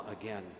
again